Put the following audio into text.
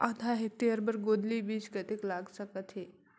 आधा हेक्टेयर बर गोंदली बीच कतेक लाग सकथे?